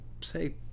say